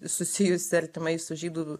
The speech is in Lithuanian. susijusi artimai su žydų